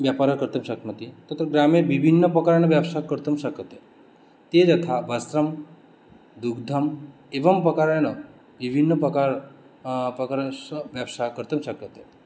व्यापारं कर्तुं शक्नोति तत्र ग्रामे विभिन्नपकारेण व्यवसायः कर्तुं शक्यते ते यथा वस्त्रं दुग्धम् एवं प्रकारेण विभिन्नप्रकारः प्रकारस्य व्यवसायः कर्तुं शक्यते